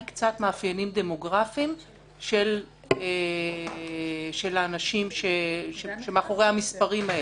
קצת מאפיינים דמוגרפיים של האנשים שמאחורי המספרים האלה,